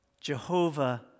Jehovah